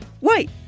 Wait